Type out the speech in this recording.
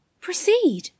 proceed